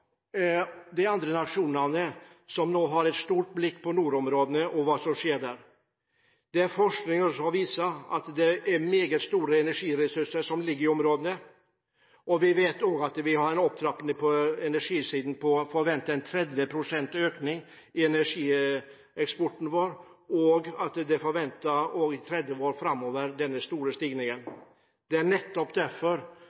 har et stort blikk på nordområdene og hva som skjer der. Det forskningen viser, er at det er meget store energiressurser som ligger i området. Vi vet at vi har en opptrapping på energisiden, en forventet økning på 30 pst. i energieksporten vår, og at denne store stigningen er forventet også i 30 år framover.